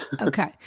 Okay